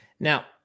Now